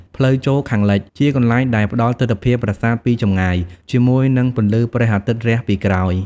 ផ្លូវចូលខាងលិច: ជាកន្លែងដែលផ្តល់ទិដ្ឋភាពប្រាសាទពីចម្ងាយ ជាមួយនឹងពន្លឺព្រះអាទិត្យរះពីក្រោយ។